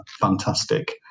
Fantastic